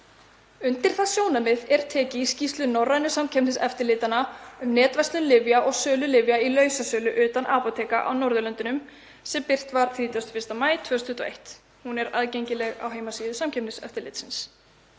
Undir það sjónarmið er tekið í skýrslu Norrænu samkeppniseftirlitanna um netverslun lyfja og sölu lyfja í lausasölu utan apóteka á Norðurlöndunum sem birt var 31. maí 2001. Hún er aðgengileg á heimasíðu Samkeppniseftirlitsins.